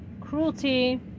cruelty